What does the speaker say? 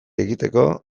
ekiteko